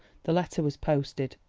the letter was posted.